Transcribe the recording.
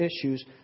issues